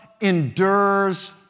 endures